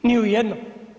Ni u jednom.